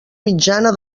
mitjana